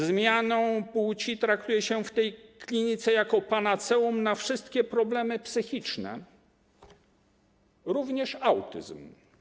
Zmianę płci traktuje się w tej klinice jako panaceum na wszystkie problemy psychiczne, również autyzm.